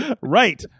right